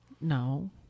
No